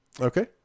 Okay